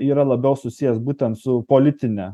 yra labiau susijęs būtent su politine